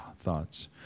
thoughts